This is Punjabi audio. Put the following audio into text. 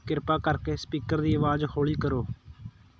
ਕਿਰਪਾ ਕਰਕੇ ਸਪੀਕਰ ਦੀ ਆਵਾਜ਼ ਹੌਲੀ ਕਰੋ